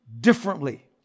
differently